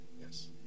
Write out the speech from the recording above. Yes